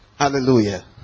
Hallelujah